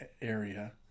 area